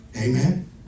Amen